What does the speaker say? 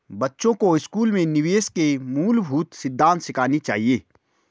बच्चों को स्कूल में निवेश के मूलभूत सिद्धांत सिखाने चाहिए